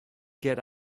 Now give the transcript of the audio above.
get